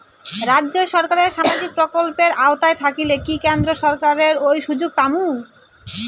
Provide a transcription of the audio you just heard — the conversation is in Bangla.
রাজ্য সরকারের সামাজিক প্রকল্পের আওতায় থাকিলে কি কেন্দ্র সরকারের ওই সুযোগ পামু?